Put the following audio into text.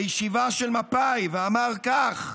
בישיבה של מפא"י, ואמר כך: